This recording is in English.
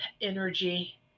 energy